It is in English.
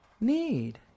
need